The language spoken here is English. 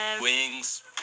Wings